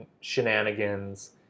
shenanigans